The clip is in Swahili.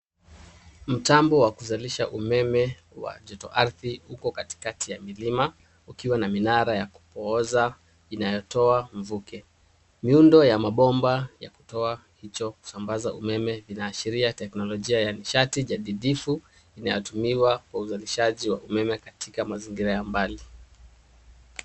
Mtambo wa kuzalisha umeme wa joto ardhi, uko katikati ya milima, ukiwa na minara ya kupooza inayotoa mvuke. Miundo ya mabomba ya kutoa hicho kusambaza umeme, inaashiria teknolojia ya nishati jadidifu inayotumiwa kwa uzalishaji wa umeme katika mazingira ya mbali.